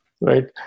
right